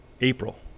April